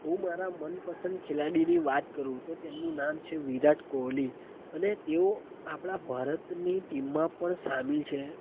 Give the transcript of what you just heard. હું મારા મનપસંદ ખેલાડીની વાત કરું તેનું નામ છે વિરાટ કોહલી અને તેઓ આપણા ભારતની ટીમમાં પણ શામેલ છે